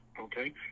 Okay